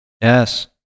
Yes